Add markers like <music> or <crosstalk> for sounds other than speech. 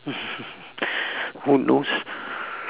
<laughs> who knows